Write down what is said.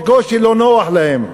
בקושי לא נוח להם.